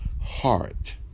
heart